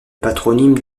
patronyme